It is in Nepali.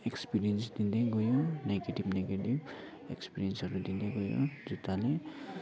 एक्सपिरियन्स दिँदै गयो नेगेटिभ नेगेटिभ एक्सपिरियन्सहरू दिँदै गयो जुत्ताले